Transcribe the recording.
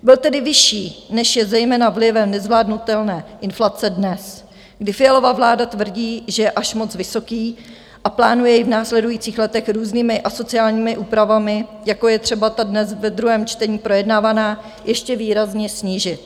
Byl tedy vyšší, než je zejména vlivem nezvládnutelné inflace dnes, kdy Fialova vláda tvrdí, že je až moc vysoký a plánuje jej v následujících letech různými asociálními úpravami, jako je třeba ta dnes ve druhém čtení projednávaná, ještě výrazně snížit.